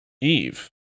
Eve